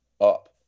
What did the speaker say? up